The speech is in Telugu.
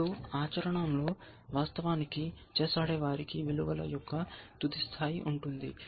ఇప్పుడు ఆచరణలో వాస్తవానికి చెస్ ఆడే వారికి విలువల యొక్క తుది స్థాయి ఉంటుంది